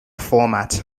format